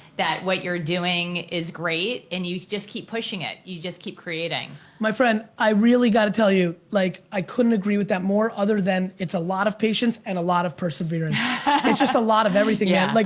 that what you're doing is great, and you just kep pushing it, you just keep creating. my friend, i really gotta tell you, like i couldn't agree with that more other than it's a lot of patience and a lot of perseverance. it's just a lot of everything, yeah like